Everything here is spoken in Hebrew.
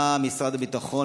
מה משרד הביטחון,